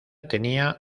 tenía